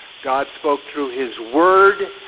god spoke through his word,